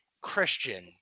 christian